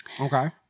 Okay